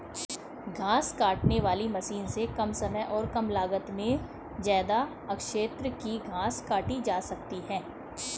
घास काटने वाली मशीन से कम समय और कम लागत में ज्यदा क्षेत्र की घास काटी जा सकती है